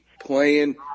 playing